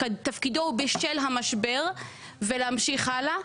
תפקידו הוא בשל המשבר ולהמשיך הלאה,